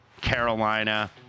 Carolina